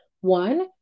One